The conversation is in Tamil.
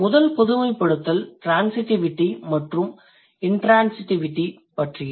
முதல் பொதுமைப்படுத்தல் ட்ரான்சிடிவிடி மற்றும் இண்ட்ரான்சிடிவிடி பற்றியது